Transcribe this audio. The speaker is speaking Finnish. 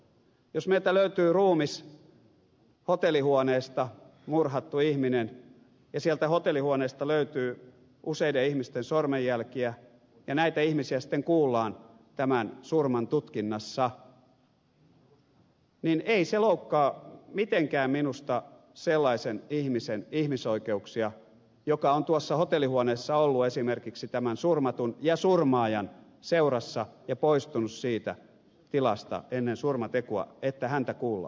jos meiltä löytyy ruumis hotellihuoneesta murhattu ihminen ja sieltä hotellihuoneesta löytyy useiden ihmisten sormenjälkiä ja näitä ihmisiä sitten kuullaan tämän surman tutkinnassa niin ei se loukkaa mitenkään minusta sellaisen ihmisen ihmisoikeuksia joka on tuossa hotellihuoneessa ollut esimerkiksi tämän surmatun ja surmaajan seurassa ja poistunut siitä tilasta ennen surmatekoa että häntä kuullaan